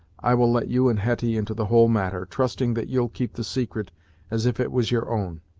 i will let you and hetty into the whole matter, trusting that you'll keep the secret as if it was your own.